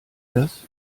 das